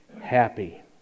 happy